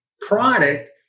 product